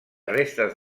restes